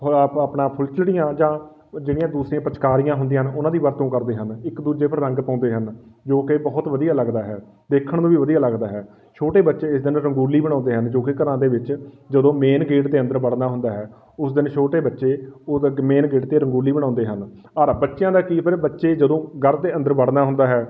ਆਪ ਆਪਣਾ ਫੁਲਚੜੀਆਂ ਜਾਂ ਜਿਹੜੀਆਂ ਦੂਸਰੀਆਂ ਪਿਚਕਾਰੀਆਂ ਹੁੰਦੀਆਂ ਹਨ ਉਹਨਾਂ ਦੀ ਵਰਤੋਂ ਕਰਦੇ ਹਨ ਇੱਕ ਦੂਜੇ ਪਰ ਰੰਗ ਪਾਉਂਦੇ ਹਨ ਜੋ ਕਿ ਬਹੁਤ ਵਧੀਆ ਲੱਗਦਾ ਹੈ ਦੇਖਣ ਨੂੰ ਵੀ ਵਧੀਆ ਲੱਗਦਾ ਹੈ ਛੋਟੇ ਬੱਚੇ ਇਸ ਦਿਨ ਰੰਗੋਲੀ ਬਣਾਉਂਦੇ ਹਨ ਜੋ ਕਿ ਘਰਾਂ ਦੇ ਵਿੱਚ ਜਦੋਂ ਮੇਨ ਗੇਟ ਦੇ ਅੰਦਰ ਵੜਨਾ ਹੁੰਦਾ ਹੈ ਉਸ ਦਿਨ ਛੋਟੇ ਬੱਚੇ ਉਹ ਅੱਗੇ ਮੇਨ ਗੇਟ 'ਤੇ ਰੰਗੋਲੀ ਬਣਾਉਂਦੇ ਹਨ ਔਰ ਬੱਚਿਆਂ ਦਾ ਕਿ ਫਿਰ ਬੱਚੇ ਜਦੋਂ ਘਰ ਦੇ ਅੰਦਰ ਵੜਨਾ ਹੁੰਦਾ ਹੈ